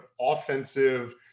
offensive